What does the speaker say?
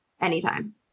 anytime